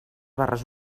barres